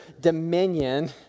dominion